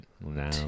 now